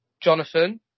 Jonathan